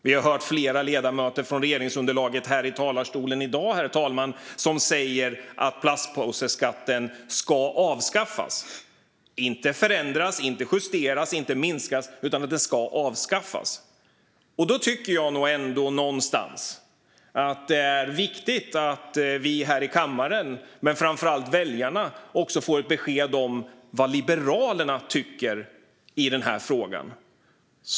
Vi har hört flera ledamöter från regeringsunderlaget här i talarstolen i dag, herr talman, säga att plastpåseskatten ska avskaffas - inte förändras, inte justeras, inte minskas utan avskaffas. Då tycker jag nog ändå att det är viktigt att vi här i kammaren, men framför allt väljarna, får ett besked om vad Liberalerna tycker i denna fråga.